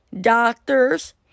doctors